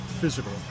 physical